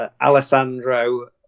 Alessandro